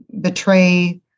betray